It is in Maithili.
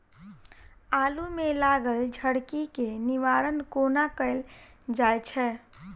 आलु मे लागल झरकी केँ निवारण कोना कैल जाय छै?